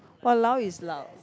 !walao! is allowed